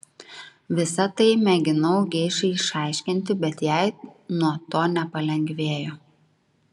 visa tai mėginau geišai išaiškinti bet jai nuo to nepalengvėjo